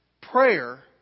prayer